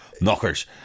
Knockers